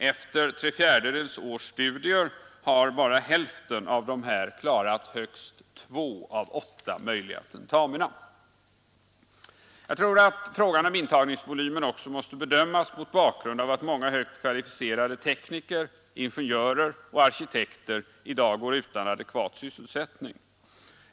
Efter tre kvarts års studier har hälften av dessa klarat högst två av åtta möjliga tentamina. Intagningsvolymen måste också bedömas mot bakgrund av att många högt kvalificerade tekniker, ingenjörer och arkitekter i dag går utan adekvat sysselsättning.